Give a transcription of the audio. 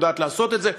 היא יודעת לעשות את זה,